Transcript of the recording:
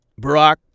Barack